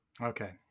Okay